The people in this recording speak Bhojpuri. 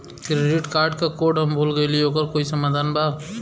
क्रेडिट कार्ड क कोड हम भूल गइली ओकर कोई समाधान बा?